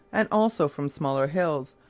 and also from smaller hills,